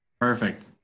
perfect